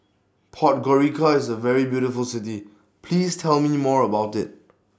Podgorica IS A very beautiful City Please Tell Me More about IT